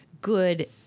good